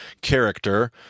character